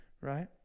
right